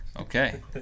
Okay